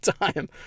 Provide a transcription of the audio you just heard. time